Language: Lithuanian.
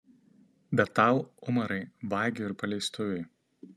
bet tau umarai vagiui ir paleistuviui